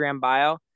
bio